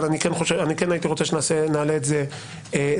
אני כן הייתי רוצה שנעלה את זה להצבעה.